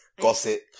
gossip